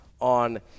on